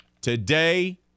Today